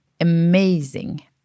amazing